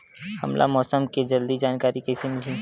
हमला मौसम के जल्दी जानकारी कइसे मिलही?